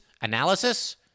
analysis